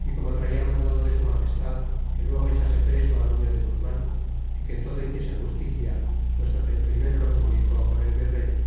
y como traia mandado de su magestad que luego echase preso á nufio de guzman y que en todo hiciese justicia puesto que primero lo comunicó con el virrey